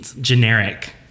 generic